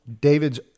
David's